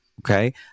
Okay